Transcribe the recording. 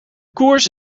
koers